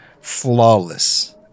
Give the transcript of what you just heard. Flawless